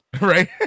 right